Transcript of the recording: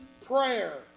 prayer